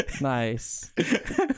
Nice